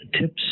tips